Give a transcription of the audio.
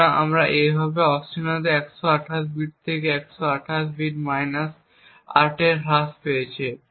সুতরাং এইভাবে কী সম্পর্কে অনিশ্চয়তা 128 বিট থেকে 128 বিট মাইনাস 8 এ হ্রাস পেয়েছে